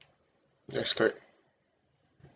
that's correct